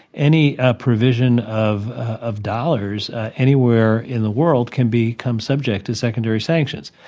any provision of of dollars anywhere in the world can become subject to secondary sanctions.